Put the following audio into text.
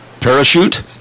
Parachute